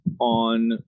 on